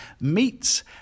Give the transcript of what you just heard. meets